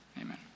Amen